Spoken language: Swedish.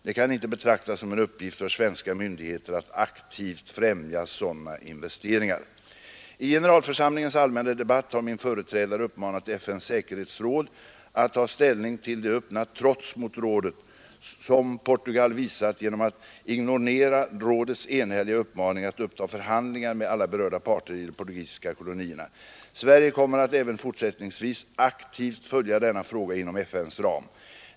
Det kan inte betraktas som en uppgift för svenska myndigheter att aktivt främja sådana investeringar. I generalförsamlingens allmänna debatt har min företrädare uppmanat FNs säkerhetsråd att ta ställning till det öppna trots mot rådet som Portugal visat genom att ignorera rådets enhälliga uppmaning att uppta förhandlingar med alla berörda parter i de portugisiska kolonierna. Sverige kommer att även fortsättningsvis aktivt följa denna fråga inom FNs ram.